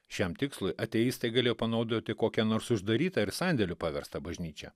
šiam tikslui ateistai galėjo panaudoti kokią nors uždarytą ir sandėliu paverstą bažnyčią